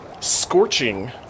scorching